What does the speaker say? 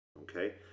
okay